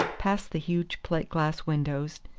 passed the huge plate-glass windows,